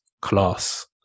class